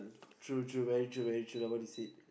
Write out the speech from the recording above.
true true very true very true that I want to said